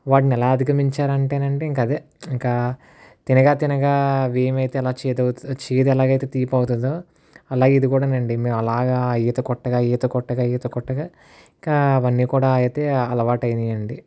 వాటిని ఎలా అధిగమించానంటేనండీ ఇంకా అదే ఇంకా తినగా తినగా వేమైతే ఎలా చేదవుతుందో చేదు ఎలాగైతే తీపి అవుతాదో అలాగే ఇది కూడా అండీ మేము అలాగా ఈత కొట్టగా ఈత కొట్టగా ఈత కొట్టగా ఇంకా అవన్నీ కూడా అయితే అలవాటు అయినాయండీ